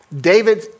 David